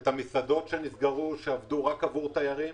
את המסעדות שנסגרו עבור תיירים.